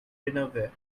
dinnerware